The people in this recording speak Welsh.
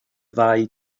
ddau